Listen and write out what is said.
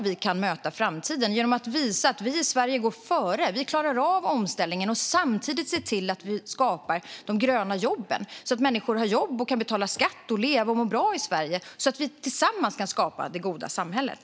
Vi kan möta framtiden genom att visa att vi i Sverige går före och klarar av omställningen och samtidigt ser till att vi skapar de gröna jobben, så att människor har jobb, kan betala skatt och leva och må bra i Sverige, att vi tillsammans kan skapa det goda samhället.